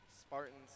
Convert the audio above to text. Spartan's